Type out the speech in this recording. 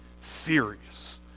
serious